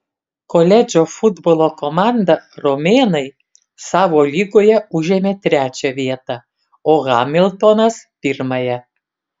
koledžo futbolo komanda romėnai savo lygoje užėmė trečią vietą o hamiltonas pirmąją